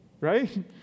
Right